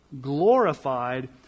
Glorified